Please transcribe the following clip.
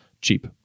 cheap